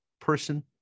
person